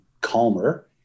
calmer